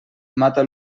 mata